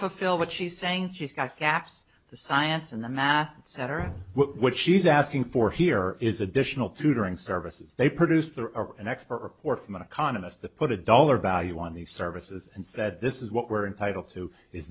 fulfill what she's saying she's got caps the science and the math cetera what she's asking for here is additional tutoring services they produce there are an expert report from an economist the put a dollar value on these services and said this is what we're entitled to is